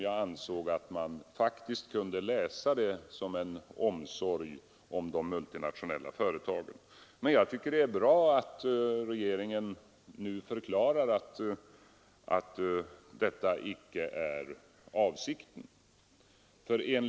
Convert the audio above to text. Jag ansåg att man faktiskt kunde uppfatta detta som en omsorg om de multinationella företagen. Men jag tycker det är bra att regeringen nu förklarar att detta icke är avsikten.